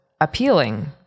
appealing